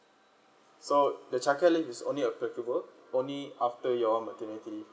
so the childcare leave is only applicable only after your maternity